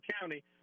County